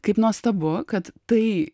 kaip nuostabu kad tai